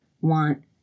want